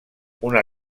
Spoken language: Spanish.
una